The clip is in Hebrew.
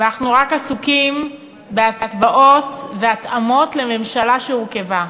ואנחנו רק עסוקים בהצבעות והתאמות לממשלה שהורכבה.